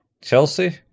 Chelsea